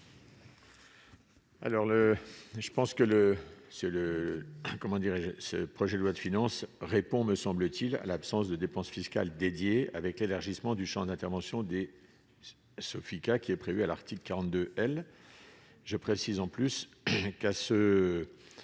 comment dirais-je, ce projet de loi de finances répond, me semble-t-il, l'absence de dépenses fiscales dédiée avec l'élargissement du Champ d'intervention des Sofica qui est prévue à l'article 42 elle je précise en plus qu'à ce